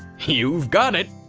you've got it!